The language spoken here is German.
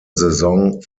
saison